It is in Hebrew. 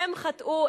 הם חטאו,